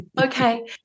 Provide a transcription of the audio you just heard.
Okay